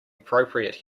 appropriate